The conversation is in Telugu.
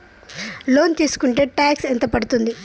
లోన్ తీస్కుంటే టాక్స్ ఎంత పడ్తుంది?